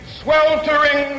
sweltering